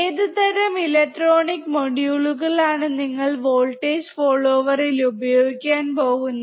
ഏത് തരം ഇലക്ട്രോണിക് മൊഡ്യൂളുകളാണ് നിങ്ങൾ വോൾട്ടേജ് ഫോളോവർൽ ഉപയോഗിക്കാൻ പോകുന്നത്